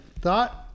thought